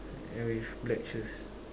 and with black shoes